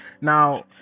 Now